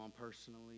personally